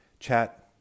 chat